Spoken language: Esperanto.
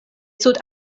sud